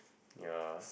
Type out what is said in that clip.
ya